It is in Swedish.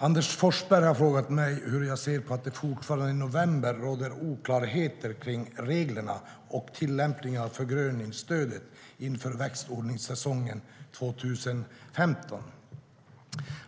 Anders Forsberg har frågat mig hur jag ser på att det fortfarande i november råder oklarheter kring reglerna för och tillämpningen av förgröningsstödet inför växtodlingssäsongen 2015.